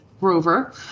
Rover